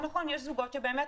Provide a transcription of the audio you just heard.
נכון, יש זוגות שבאמת